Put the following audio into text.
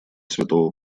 святого